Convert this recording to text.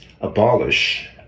abolish